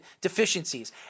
deficiencies